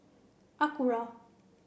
Acura